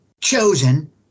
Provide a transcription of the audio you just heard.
chosen